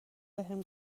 بهم